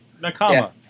Nakama